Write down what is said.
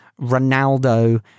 Ronaldo